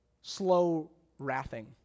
slow-wrathing